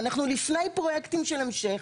ואנחנו לפני פרויקטים של המשך.